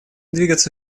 двигаться